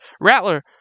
Rattler